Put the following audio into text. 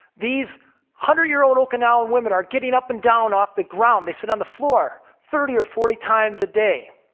these one hundred year old okinawan women are getting up and down off the ground, they sit on the floor, thirty or forty times a day.